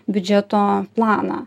biudžeto planą